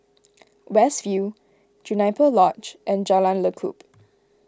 West View Juniper Lodge and Jalan Lekub